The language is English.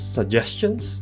suggestions